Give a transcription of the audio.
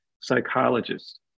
psychologist